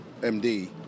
MD